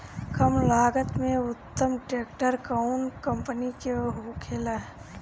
कम लागत में उत्तम ट्रैक्टर कउन कम्पनी के होखेला?